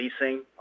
leasing